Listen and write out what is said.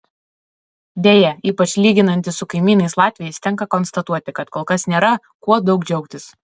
deja ypač lyginantis su kaimynais latviais tenka konstatuoti kad kol kas nėra kuo daug džiaugtis